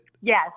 Yes